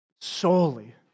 solely